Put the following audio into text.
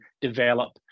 develop